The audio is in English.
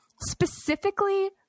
specifically